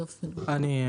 אני.